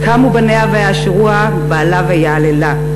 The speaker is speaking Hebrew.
קמו בניה ויאשרוה בעלה ויהללה.